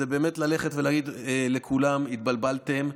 באמת ללכת ולהגיד לכולם: התבלבלתם,